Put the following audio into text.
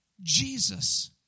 Jesus